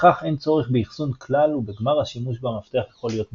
בכך אין צורך באחסון כלל ובגמר השימוש בו המפתח יכול להיות מושמד.